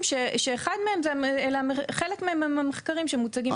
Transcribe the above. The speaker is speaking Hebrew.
שאחד מהם זה חלק מהמחקרים שמוצגים כאן היום.